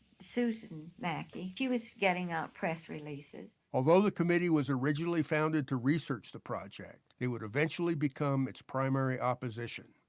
susan makey, she was getting out press releases. although the committee was originally founded to research the project, it would eventually become it's primary opposition.